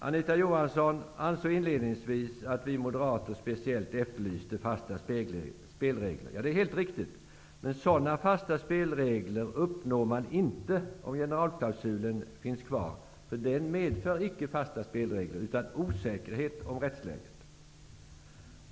Anita Johansson ansåg inledningsvis att vi moderater speciellt efterlyste fasta spelregler. Ja, det är helt riktigt, men sådana fasta spelregler uppnår man inte om generalklausulen finns kvar. Den medför icke fasta spelregler, utan osäkerhet om rättsläget.